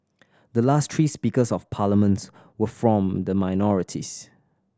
the last three Speakers of Parliaments were from the minorities